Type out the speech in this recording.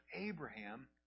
Abraham